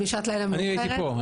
בשעת לילה מאוחרת --- אני הייתי פה,